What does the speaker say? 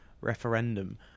referendum